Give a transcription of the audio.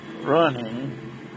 running